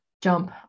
jump